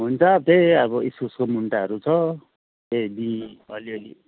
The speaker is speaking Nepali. हुन्छ त्यही अब इस्कुसको मुन्टाहरू छ त्यही बिईँ अलिअलि